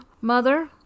mother